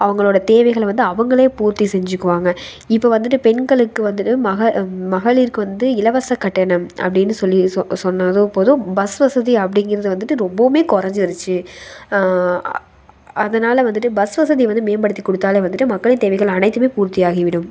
அவர்களோட தேவைகளை வந்து அவர்களே பூர்த்தி செஞ்சுக்குவாங்க இப்போது வந்துட்டு பெண்களுக்கு வந்துட்டு மக மகளிருக்கு வந்து இலவச கட்டணம் அப்படினு சொல்லி சொ சொன்னதும் போதும் பஸ் வசதி அப்படிங்கிறது வந்துட்டு ரொம்பவுமே குறைஞ்சுருச்சு அதனால வந்துட்டு பஸ் வசதி வந்து மேம்படுத்தி கொடுத்தாலே வந்துட்டு மக்களின் தேவைகள் அனைத்துமே பூர்த்தி ஆகிவிடும்